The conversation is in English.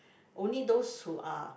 only those who are